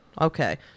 Okay